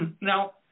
Now